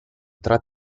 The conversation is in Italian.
tra